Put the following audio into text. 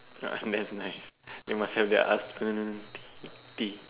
uh that's nice you must have that afternoon tea tea